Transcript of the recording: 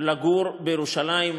לגור בירושלים,